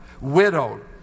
Widowed